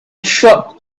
short